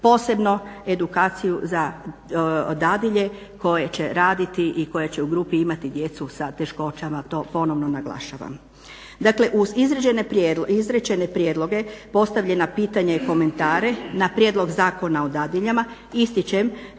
posebno edukaciju za dadilje koje će raditi i koje će u grupi imati djecu sa teškoćama, to ponovno naglašavam. Uz izričite prijedloge, postavljana pitanja i komentare na prijedlog Zakona o dadiljama ističem